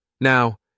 Now